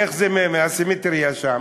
איך הסימטריה לשם?